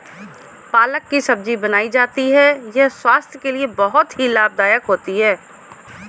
पालक की सब्जी बनाई जाती है यह स्वास्थ्य के लिए बहुत ही लाभदायक होती है